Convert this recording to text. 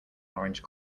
orange